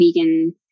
vegan